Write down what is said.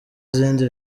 izindi